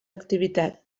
activitats